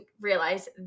realize